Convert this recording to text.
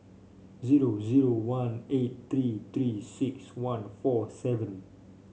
zero zero one eight three Three six one four seven